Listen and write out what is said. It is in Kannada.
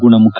ಗುಣಮುಖ